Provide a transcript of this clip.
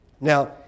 Now